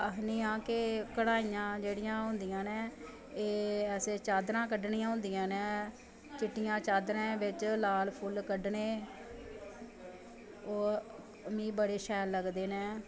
आखनी आं कि कढ़ाइयां जेह्ड़ियां होंदियां न एह् असें चाद्दरां कड्डनियां होंदियां नैं चिट्टियैं चाद्दरैं बिच्च लाल फुल्ल कड्डनें ओह् मिगी बड़े शैल लगदे नै